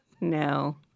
no